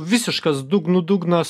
visiškas dugnų dugnas